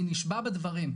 אני נשבע בדברים,